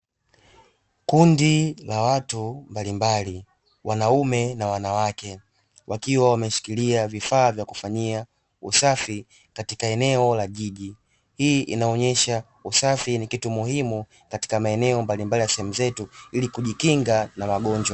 Kundi la watu mbalimbali, wanaume na wanawake, wakiwa wameshikilia vifaa vya kufanyia usafi katika eneo la jiji. Hii inaonyesha usafi ni kitu muhimu katika maeneo mbalimbali ya sehemu zetu, ili kujikinga na magonjwa.